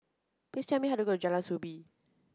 please tell me how to get to Jalan Soo Bee